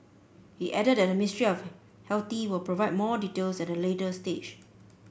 he added that the Ministry of Healthy will provide more details at the later stage